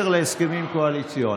להסכמים קואליציוניים.